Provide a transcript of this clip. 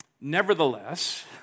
Nevertheless